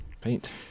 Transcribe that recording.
Paint